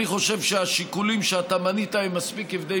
אני חושב שהשיקולים שאתה מנית הם מספיק כבדי